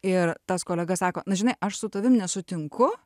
ir tas kolega sako na žinai aš su tavim nesutinku